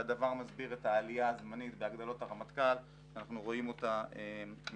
והדבר מסביר את העלייה הזמנית בהגדלות הרמטכ"ל שאנחנו רואים מאז